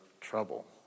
trouble